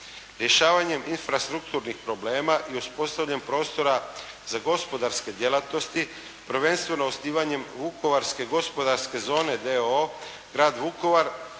Rješavanjem infrastrukturnih problema i uspostavljanjem prostora za gospodarske djelatnosti, prvenstveno osnivanjem Vukovarske gospodarske zone d.o.o, Grad Vukovar